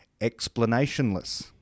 explanationless